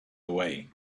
away